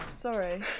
Sorry